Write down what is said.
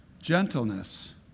gentleness